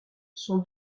son